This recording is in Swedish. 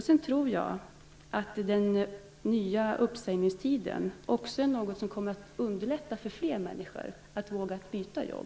Jag tror också att den nya uppsägningstiden kommer att underlätta för fler människor att våga byta jobb.